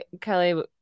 Kelly